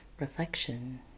reflection